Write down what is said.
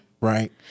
Right